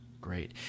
Great